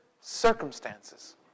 circumstances